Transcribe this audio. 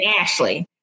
Ashley